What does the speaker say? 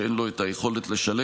שאין לו את היכולת לשלם,